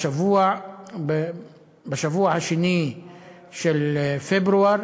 בשבוע השני של פברואר